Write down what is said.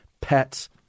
pets